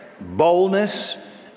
boldness